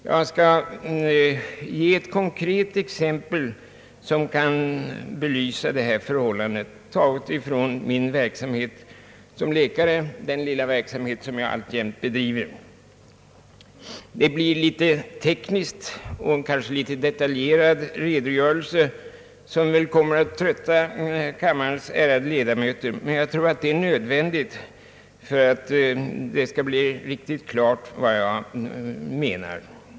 Jag skall ge ett konkret exempel som kan belysa det förhållandet, och tar det från den ganska begränsade läkarverksamhet jag alltjämt bedriver; det blir en ganska teknisk och kanske rätt detaljerad redogörelse som antagligen kommer att trötta kammarens ärade ledamöter, men jag tror att den är nödvändig för att det skall bli riktigt klart vad jag menar.